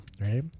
right